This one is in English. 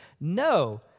No